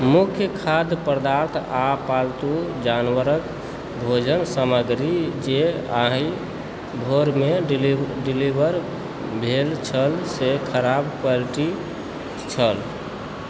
मुख्य खाद्य पदार्थ आ पालतू जानवरक भोजन सामग्री जे आइ भोरमे डिलीवर भेल छलऽ से खराब क्वालिटी छलऽ